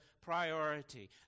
priority